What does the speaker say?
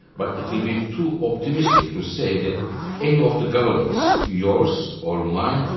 but it will be too optimistic to say that any of the governments, yours or mine,